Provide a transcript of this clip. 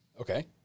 Okay